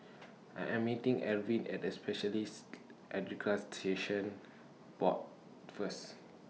I Am meeting Arvin At Specialists Accreditation Board First